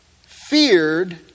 feared